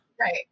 right